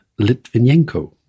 Litvinenko